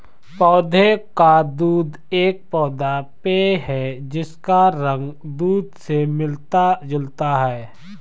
पौधे का दूध एक पौधा पेय है जिसका रंग दूध से मिलता जुलता है